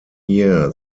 year